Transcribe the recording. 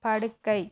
படுக்கை